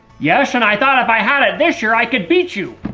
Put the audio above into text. yes, and i thought if i had it this year i could beat you.